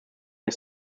his